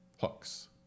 hooks